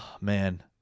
man